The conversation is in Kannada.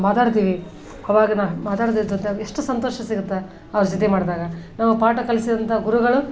ಮಾತಾಡ್ತೀವಿ ಅವಾಗ ನಾವು ಮಾತಾಡ್ತಿರ್ತದೆ ಎಷ್ಟು ಸಂತೋಷ ಸಿಗುತ್ತೆ ಅವ್ರ ಜೊತೆ ಮಾಡಿದಾಗ ನಮಗೆ ಪಾಠ ಕಲಿಸಿದಂಥ ಗುರುಗಳು